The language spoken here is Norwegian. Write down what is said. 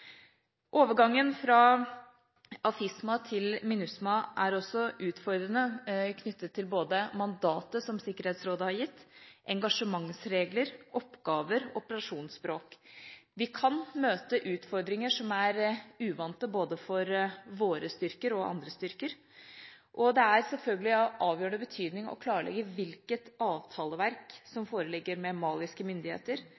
Overgangen fra AFISMA til MINUSMA er også utfordrende knyttet til både mandatet som Sikkerhetsrådet har gitt, engasjementsregler, oppgaver og operasjonsspråk. Vi kan møte utfordringer som er uvante både for våre styrker og andre styrker, og det er selvfølgelig av avgjørende betydning å klarlegge med maliske myndigheter hvilket avtaleverk